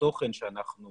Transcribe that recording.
בתוכן שאנחנו